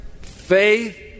faith